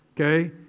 Okay